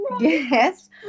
Yes